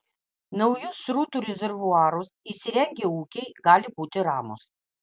naujus srutų rezervuarus įsirengę ūkiai gali būti ramūs